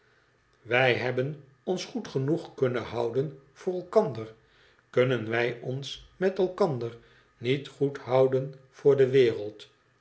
wij hebben ons goed genoeg kunnen houden voor elkander kunnen wij ons met elkander niet goedhoudenvoor de wereld